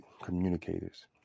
communicators